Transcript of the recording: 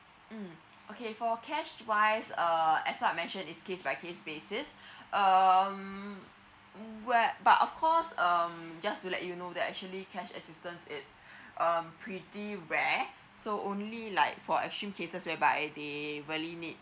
mm okay for cash wise uh as I what I mentioned is case by case species um what but of course um just to let you know that actually cash assistance it's um pretty rare so only like for assumed cases whereby they really need